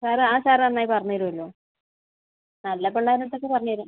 sir ആ sir നന്നായി പറഞ്ഞുതരുമല്ലോ നല്ല പിള്ളേരുടെ അടുത്തൊക്കെ പറഞ്ഞുതരും